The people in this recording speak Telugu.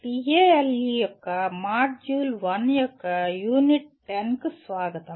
TALE యొక్క మాడ్యూల్ 1 యొక్క యూనిట్ 10 కు స్వాగతం